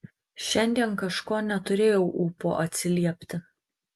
šiandien kažko neturėjau ūpo atsiliepti